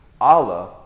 Allah